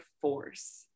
force